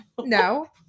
No